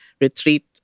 retreat